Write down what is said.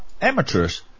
amateurs